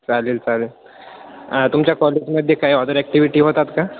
चालेल चालेल तुमच्या कॉलेजमध्ये काही अदर ॲक्टिव्हिटी होतात का